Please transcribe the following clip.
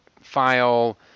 file